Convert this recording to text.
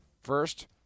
First